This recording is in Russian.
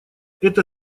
это